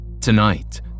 Tonight